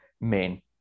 main